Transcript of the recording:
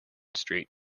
street